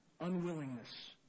unwillingness